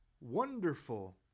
wonderful